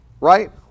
right